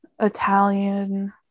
Italian